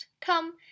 come